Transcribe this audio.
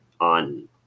on